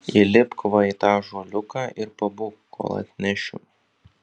įlipk va į tą ąžuoliuką ir pabūk kol atnešiu